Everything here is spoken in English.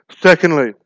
Secondly